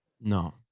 No